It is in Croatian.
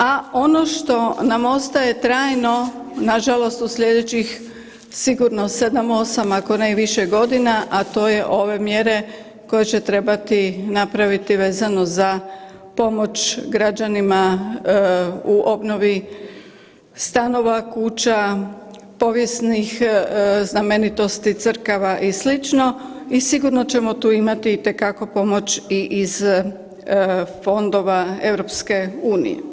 A ono što nam ostaje tajno nažalost u slijedećih sigurno 7, 8 ako ne i više godina, a to je ove mjere koje će trebati napraviti vezano za pomoć građanima u obnovi stanova, kuća, povijesnih znamenitosti, crkava i sl. i sigurno ćemo tu imati itekako pomoć i iz fondova EU.